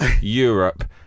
Europe